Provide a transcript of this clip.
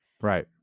Right